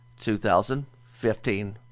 2015